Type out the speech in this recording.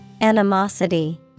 Animosity